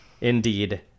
indeed